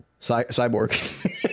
Cyborg